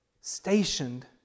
stationed